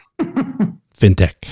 Fintech